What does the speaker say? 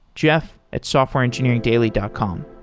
jeff at softwareengineeringdaily dot com.